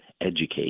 educate